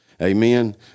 Amen